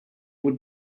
would